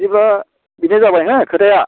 बिदिब्ला बेनो जाबाय हो खोथाया